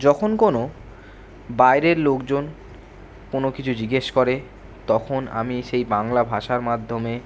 যখন কোনো বাইরের লোকজন কোনো কিছু জিজ্ঞেস করে তখন আমি সেই বাংলা ভাষার মাধ্যমে